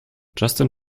justin